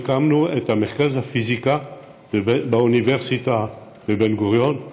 הקמנו את מרכז הפיזיקה באוניברסיטת בן-גוריון,